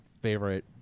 favorite